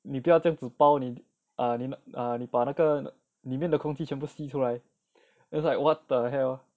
你不要这样子包你:ni bu yao zhe yang zi baoo ni ah 你 ah 把那个里面的空气全部吸出来 it was like what the hell